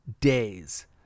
days